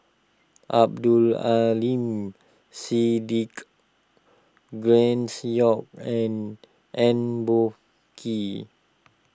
Abdul Aleem Siddique Grace Young and Eng Boh Kee